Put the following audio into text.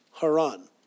Haran